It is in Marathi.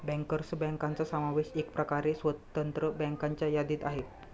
बँकर्स बँकांचा समावेश एकप्रकारे स्वतंत्र बँकांच्या यादीत आहे